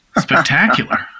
Spectacular